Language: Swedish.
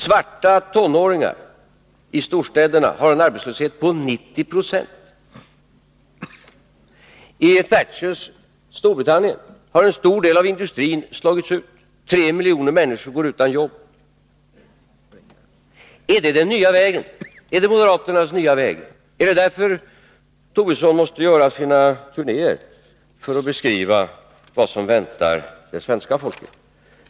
Svarta tonåringar i storstäderna har en arbetslöshet på 90 96. I Thatchers Storbritannien har en stor del av industrin slagits ut — 3 miljoner människor går utan jobb. Är det moderaternas nya väg? Är det därför Lars Tobisson måste göra sina turnéer för att beskriva vad som väntar svenska folket?